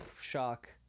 shock